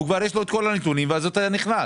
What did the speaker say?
יש לו את כל הנתונים ואז אתה נכנס.